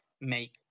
make